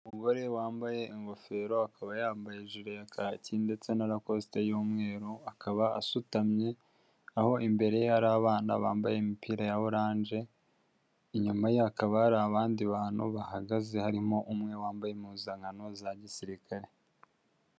Umugore wambaye ingofero akaba yambaye hejuru ya kaki ndetse na narakositi y'umweru akaba asutamye, aho imbere ye hari abana bambaye imipira ya oranje, inyuma ye hakaba hari abandi bantu bahagaze harimo umwe wambaye impuzankano za gisirikare.